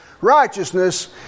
righteousness